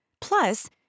Plus